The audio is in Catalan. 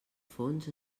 fons